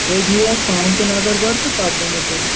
تُہۍ دِیو یَتھ پانہٕ تہِ نظر گۄڈٕ تہٕ پَتہٕ ؤنِو تُہۍ